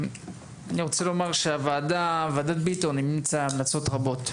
אני רוצה לומר שוועדת ביטון המליצה המלצות רבות,